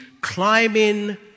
climbing